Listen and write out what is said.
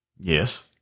Yes